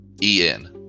E-N